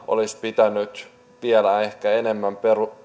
olisi pitänyt vielä ehkä enemmän